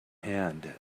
hand